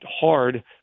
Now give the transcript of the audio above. hard